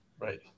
Right